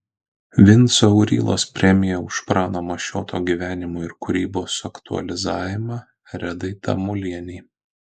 vinco aurylos premija už prano mašioto gyvenimo ir kūrybos aktualizavimą redai tamulienei